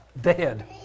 dead